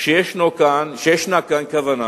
שיש כאן כוונה,